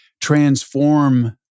transform